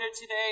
today